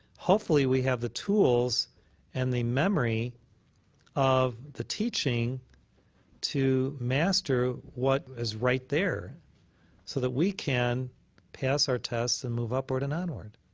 hopefully we have the tools and the memory of the teaching to master what is right there so that we can pass our tests and move upward and onward.